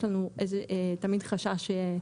יש לנו תמיד חשש,